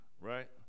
right